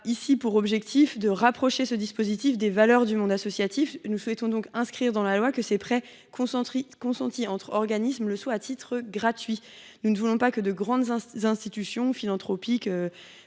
Il s’agit de rapprocher ce dispositif des valeurs du monde associatif. Nous souhaitons donc inscrire dans la loi que les prêts consentis entre ces organismes le sont à titre gratuit. Nous refusons que les grandes institutions philanthropiques